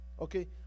okay